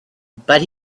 but